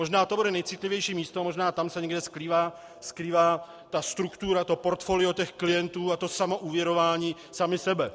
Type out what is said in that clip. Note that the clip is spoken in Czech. Možná to bude nejcitlivější místo, možná tam se někde skrývá struktura, portfolio klientů, a to samoúvěrování sami sebe.